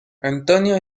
antonio